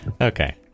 Okay